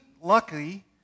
lucky